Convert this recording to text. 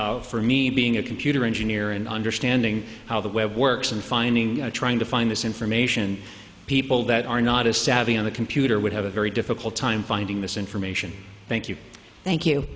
again for me being a computer engineer and understanding how the web works and finding trying to find this information people that are not as savvy on the computer would have a very difficult time finding this information thank you thank you